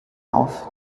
auf